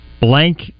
Blank